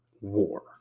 war